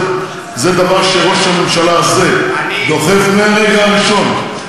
זה דבר שראש הממשלה הזה דוחף מהרגע הראשון,